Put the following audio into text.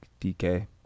DK